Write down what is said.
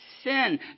sin